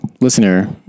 listener